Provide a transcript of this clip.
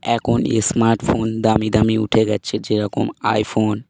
এখন স্মার্টফোন দামি দামি উঠে গেছে যেরকম আইফোন